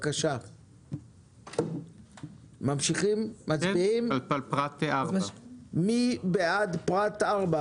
אפשר להצביע על פרט 4. מי בעד אישור פרט 4,